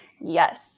Yes